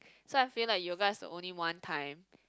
so I feel like yoga's the only one time